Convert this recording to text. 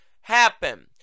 happen